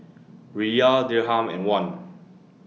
Riyal Dirham and Won